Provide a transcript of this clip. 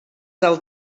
del